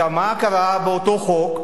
מה קרה באותו חוק?